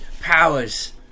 powers